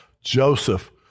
Joseph